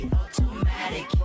automatic